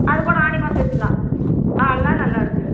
அது கூட ஆனி மாசம் வைச்சுக்கலாம் ஆ எல்லாம் நல்லாயிருக்கு